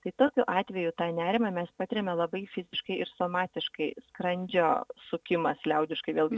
tai tokiu atveju tą nerimą mes patiriame labai fiziškai ir somatiškai skrandžio sukimas liaudiškai vėlgi